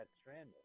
stranded